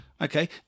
okay